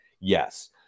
Yes